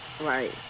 Right